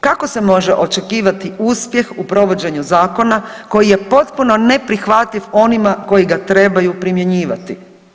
Kako se može očekivati uspjeh u provođenju zakona koji je potpuno neprihvatljiv onima koji ga trebaju primjenjivati?